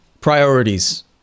priorities